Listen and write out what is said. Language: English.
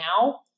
now